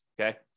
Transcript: Okay